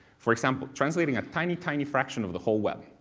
for example, translating a tiny tiny fraction of the whole web,